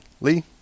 Lee